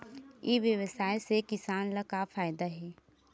ई व्यवसाय से किसान ला का फ़ायदा हे?